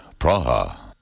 Praha